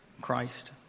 Christ